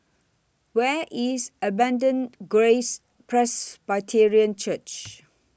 Where IS Abundant Grace Presbyterian Church